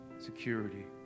security